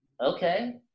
okay